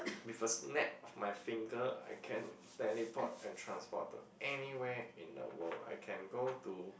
with a snap of my finger I can teleport and transport to anywhere in the world I can go to